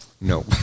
No